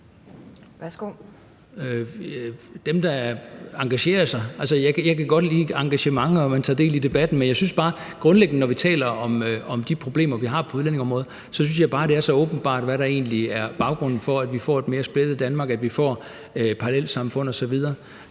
Thulesen Dahl (DF): Altså, jeg kan godt lide engagement, og at man tager del i debatten, men jeg synes bare grundlæggende, når vi taler om de problemer, vi har på udlændingeområdet, at det er så åbenbart, hvad der egentlig er baggrunden for, at vi får et mere splittet Danmark, og at vi får parallelsamfund osv.